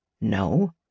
No